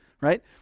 right